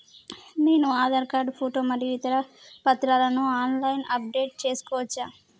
నేను Aadhaar card photo మరియు ఇతర పత్రాలను ఆన్ లైన్ అప్ డెట్ చేసుకోవచ్చా?